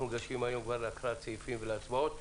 אנחנו כבר ניגשים להקראת סעיפים והצבעות,